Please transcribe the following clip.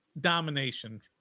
domination